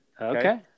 Okay